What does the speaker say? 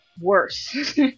worse